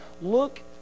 look